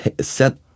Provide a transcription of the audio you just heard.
set